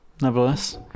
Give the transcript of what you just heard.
nevertheless